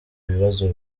bibazo